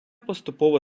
поступово